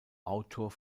autor